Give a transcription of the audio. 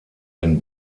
den